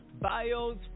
bios